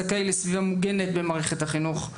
זכאי לסביבה מוגנת במערכת החינוך.